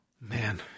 Man